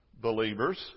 believers